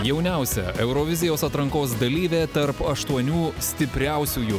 jauniausia eurovizijos atrankos dalyvė tarp aštuonių stipriausiųjų